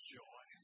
joy